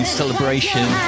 celebration